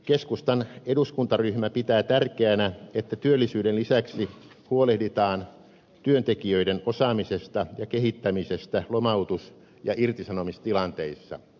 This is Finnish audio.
keskustan eduskuntaryhmä pitää tärkeänä että työllisyyden lisäksi huolehditaan työntekijöiden osaamisesta ja kehittämisestä lomautus ja irtisanomistilanteissa